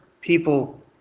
people